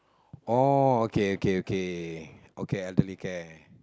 oh okay okay okay okay elderly care